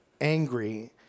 angry